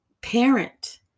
parent